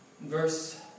verse